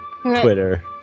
Twitter